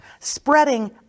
spreading